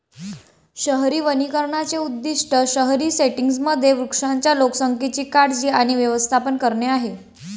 शहरी वनीकरणाचे उद्दीष्ट शहरी सेटिंग्जमधील वृक्षांच्या लोकसंख्येची काळजी आणि व्यवस्थापन करणे आहे